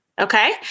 Okay